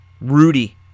Rudy